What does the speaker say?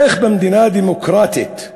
איך במדינה דמוקרטית,